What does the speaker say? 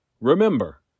Remember